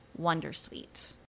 wondersuite